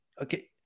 Okay